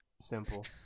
Simple